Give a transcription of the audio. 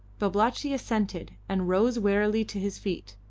babalatchi assented, and rose wearily to his feet.